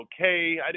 okay